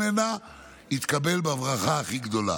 ממנה יתקבל בברכה הכי גדולה.